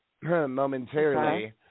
momentarily